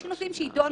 יש נושאים שיידונו